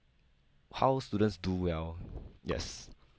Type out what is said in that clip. how students do well yes